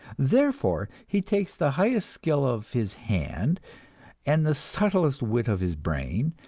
therefore he takes the highest skill of his hand and the subtlest wit of his brain,